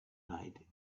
night